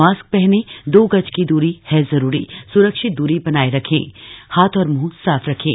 mask पहने दो गज की दूरी है जरूरी सुरक्षित दूरी बनाए रखें हाथ और मुंह साफ रखें